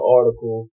article